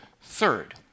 Third